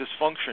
dysfunction